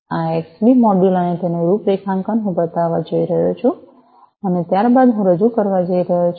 આ XB module અને તેનું રૂપરેખાંકન હું બતાવવા જઈ રહ્યો છું અને ત્યાર બાદ હુંરજૂ કરવા જઈ રહ્યો છું